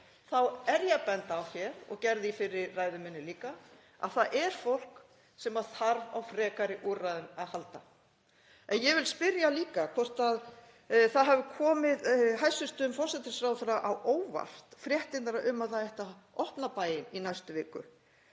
þá er ég að benda á hér, og gerði í fyrri ræðu minni líka, að það er fólk sem þarf á frekari úrræðum að halda. Ég vil spyrja líka hvort þær hafi komið hæstv. forsætisráðherra á óvart, fréttirnar um að það ætti að opna bæinn í næstu viku.